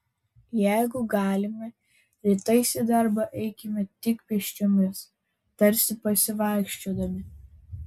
jeigu galime rytais į darbą eikime tik pėsčiomis tarsi pasivaikščiodami